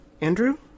Andrew